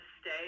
stay